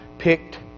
picked